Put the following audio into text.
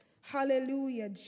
Hallelujah